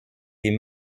des